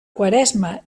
quaresma